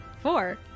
Four